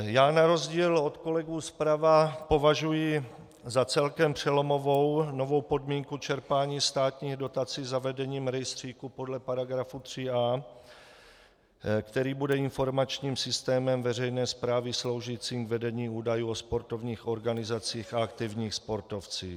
Já na rozdíl od kolegů zprava považuji za celkem přelomovou novou podmínku čerpání státních dotací zavedením rejstříku podle § 3a, který bude informačním systémem veřejné správy sloužícím k vedení údajů o sportovních organizacích a aktivních sportovcích.